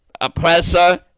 oppressor